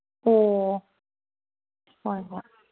ꯑꯣ ꯍꯣꯏ ꯍꯣꯏ